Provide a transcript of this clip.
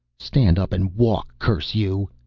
stand up and walk, curse you,